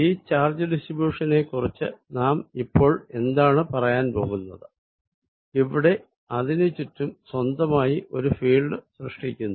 ഈ ചാർജ് ഡിസ്ട്രിബ്യുഷനെക്കുറിച്ച് നാം ഇപ്പോൾ എന്താണ് പറയാൻ പോകുന്നത് ഇവിടെ അതിനു ചുറ്റും സ്വന്തമായി ഒരു ഫീൽഡ് സൃഷ്ടിക്കുന്നു